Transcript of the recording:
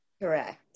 Correct